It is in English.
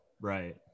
Right